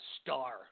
star